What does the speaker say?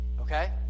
Okay